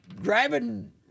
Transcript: driving